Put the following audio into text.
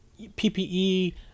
ppe